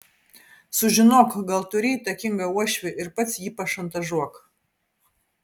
sužinok gal turi įtakingą uošvį ir pats jį pašantažuok